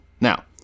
Now